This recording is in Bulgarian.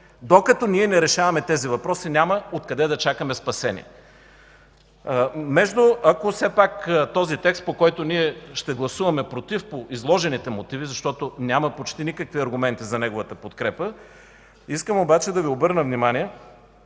Докато ние не решаваме тези въпроси, няма откъде да чакаме спасение! По този текст ние ще гласуваме „против” по изложените мотиви, защото няма почти никакви аргументи за неговата подкрепа. Искам обаче да Ви обърна внимание,